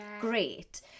great